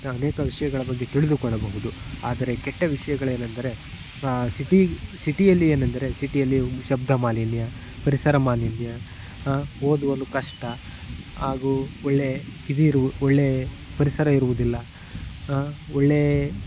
ಅನೇಕ ವಿಷಯಗಳ ಬಗ್ಗೆ ತಿಳಿದುಕೊಳ್ಳಬಹುದು ಆದರೆ ಕೆಟ್ಟ ವಿಷಯಗಳೇನಂದರೆ ಸಿಟಿ ಸಿಟಿಯಲ್ಲಿ ಏನೆಂದರೆ ಸಿಟಿಯಲ್ಲಿ ಶಬ್ದ ಮಾಲಿನ್ಯ ಪರಿಸರ ಮಾಲಿನ್ಯ ಓದುವುದು ಕಷ್ಟ ಹಾಗೂ ಒಳ್ಳೆಯ ಇದು ಇರುವು ಒಳ್ಳೆಯ ಪರಿಸರ ಇರುವುದಿಲ್ಲ ಒಳ್ಳೆಯ